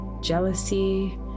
jealousy